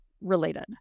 related